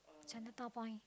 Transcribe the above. Chinatown-Point